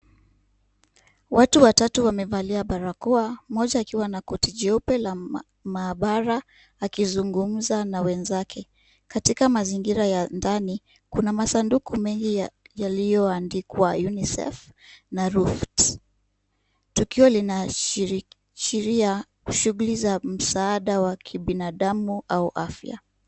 Watu watatu wamevalia barakoa , mmoja akiwa na koti la jeupe la maabara akizungumza na wenzake. Katika mazingira ya ndani, kuna masanduku mengi yaliyoandikwa UNICEF na RUFT. Tukio linaashiria shughuli za msaada wa kibinadamu au afya.